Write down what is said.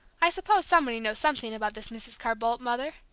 i suppose somebody knows something about this mrs. carr-boldt, mother?